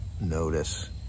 notice